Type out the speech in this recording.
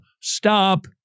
Stop